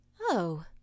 Oh